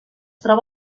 troba